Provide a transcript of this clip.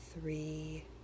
three